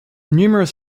numerous